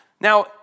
Now